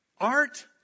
Art